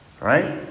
Right